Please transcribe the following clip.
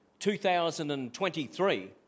2023